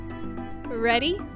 Ready